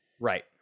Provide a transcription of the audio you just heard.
right